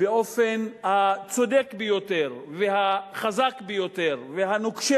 באופן הצודק ביותר והחזק ביותר והנוקשה